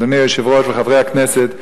אדוני היושב-ראש וחברי הכנסת,